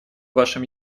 вашем